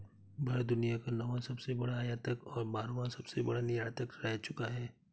भारत दुनिया का नौवां सबसे बड़ा आयातक और बारहवां सबसे बड़ा निर्यातक रह चूका है